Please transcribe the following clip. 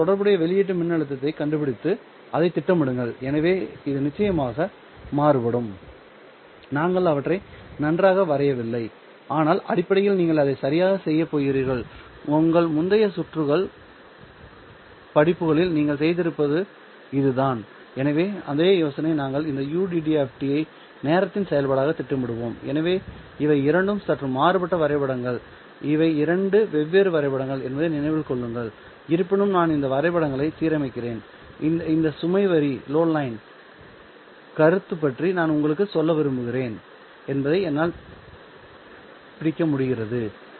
பின்னர் தொடர்புடைய வெளியீட்டு மின்னழுத்தத்தைக் கண்டுபிடித்து அதைத் திட்டமிடுங்கள் எனவே இது நிச்சயமாக மாறுபடும் நான் அவற்றை நன்றாக வரையவில்லை ஆனால் அடிப்படையில் நீங்கள் அதை சரியாக செய்யப் போகிறீர்கள் உங்கள் முந்தைய சுற்றுகள் படிப்புகளில் நீங்கள் செய்திருப்பது இதுதான் எனவே அதே யோசனையை நாங்கள் இந்த ud ஐ நேரத்தின் செயல்பாடாக திட்டமிடுவோம் எனவே இவை இரண்டும் சற்று மாறுபட்ட வரைபடங்கள்இவை இரண்டு வெவ்வேறு வரைபடங்கள் என்பதை நினைவில் கொள்ளுங்கள் இருப்பினும் நான் இந்த வரைபடங்களை சீரமைக்கிறேன் இந்த சுமை வரி கருத்து பற்றி நான் உங்களுக்கு என்ன சொல்கிறேன் என்பதை என்னால் பிடிக்க முடிகிறது